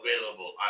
available